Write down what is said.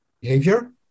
behavior